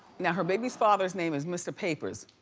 yeah her baby's father's name is mr. papers.